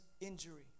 injury